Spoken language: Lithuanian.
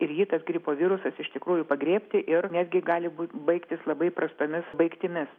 ir jį tas gripo virusas iš tikrųjų pagriebti ir netgi gali bū baigtis labai prastomis baigtimis